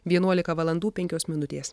vienuolika valandų penkios minutės